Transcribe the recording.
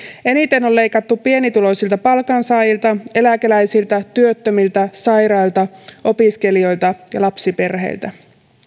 eniten on leikattu pienituloisilta palkansaajilta eläkeläisiltä työttömiltä sairailta opiskelijoilta ja lapsiperheiltä